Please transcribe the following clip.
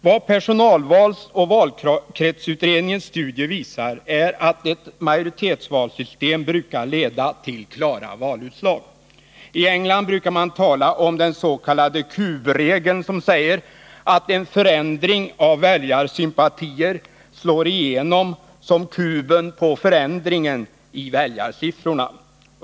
Vad personvalsoch valkretsutredningens studie visar är att ett majoritetsvalsystem brukar leda till klara valutslag. I England brukar man tala om den s.k. kubregeln, som säger att en förändring av väljarsympatier slår igenom som kuben på förändringen i väljarsiffrorna.